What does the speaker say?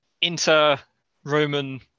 inter-Roman